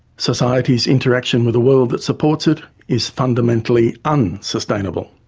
society's interaction with the world that supports it is fundamentally unsustainable.